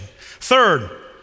Third